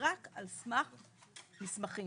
רק על סמך מסמכים.